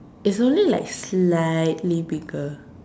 it's only like slightly bigger